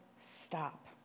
Stop